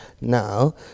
now